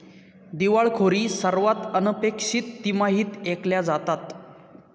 दिवाळखोरी सर्वात अनपेक्षित तिमाहीत ऐकल्या जातात